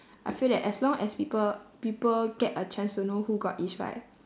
I feel that as long as people people get a chance to know who god is right